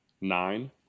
nine